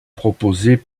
proposés